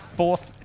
fourth